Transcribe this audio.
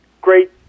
great